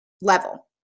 level